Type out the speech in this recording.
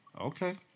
Okay